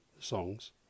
songs